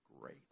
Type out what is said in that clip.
great